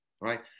Right